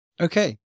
Okay